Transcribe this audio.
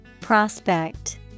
Prospect